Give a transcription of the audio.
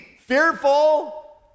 fearful